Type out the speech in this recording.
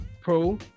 pro